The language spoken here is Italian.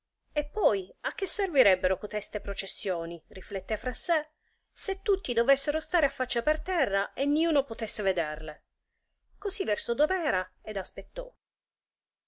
e poi a che servirebbero coteste processioni riflette fra sè se tutti dovessero stare a faccia per terra e niuno potesse vederle così restò dov'era ed aspettò